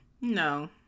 No